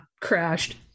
crashed